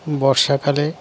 বর্ষাকালে